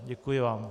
Děkuji vám.